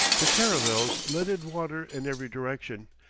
the caravels let in water in every direction,